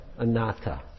Anatta